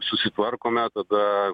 susitvarkome tada